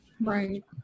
Right